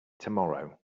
tomorrow